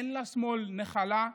אין לשמאל נחלה,